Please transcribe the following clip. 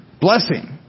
blessing